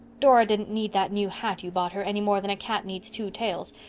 dora didn't need that new hat you bought her any more than a cat needs two tails.